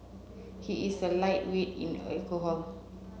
he is a lightweight in alcohol